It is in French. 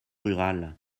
rurales